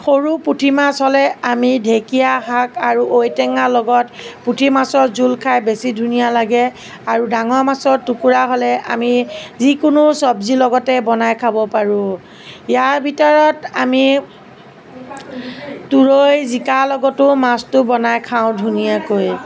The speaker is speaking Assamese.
সৰু পুঠিমাছ হ'লে আমি ঢেকীয়া শাক আৰু ঔটেঙাৰ লগত পুঠিমাছৰ জোল খাই বেছি ধুনীয়া লাগে আৰু ডাঙৰ মাছৰ টুকুৰা হ'লে আমি যিকোনো চব্জিৰ লগতে বনাই খাব পাৰোঁ ইয়াৰ ভিতৰত আমি তুৰৈ জিকাৰ লগতো মাছটো বনাই খাওঁ ধুনীয়াকৈ